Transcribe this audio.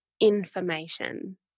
information